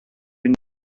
une